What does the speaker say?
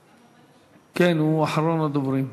כן, הוא אחרון הדוברים,